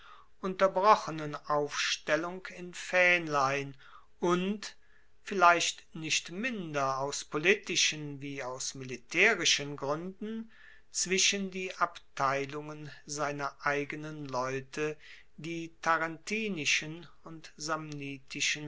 unterbrochenen aufstellung in faehnlein und vielleicht nicht minder aus politischen wie aus militaerischen gruenden zwischen die abteilungen seiner eigenen leute die tarentinischen und